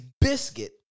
biscuit